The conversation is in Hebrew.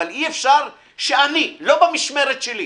אבל אי אפשר שאני, לא במשמרת שלי,